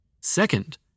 Second